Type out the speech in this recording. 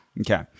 Okay